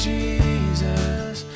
Jesus